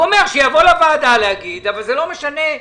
הוא אומר, שיבוא לוועדה להגיד אבל זה לא משנה.